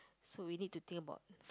so we need to think about